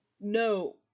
No